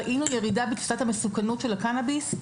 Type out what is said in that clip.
ראינו ירידה בתפיסת המסוכנות של הקנביס,